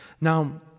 Now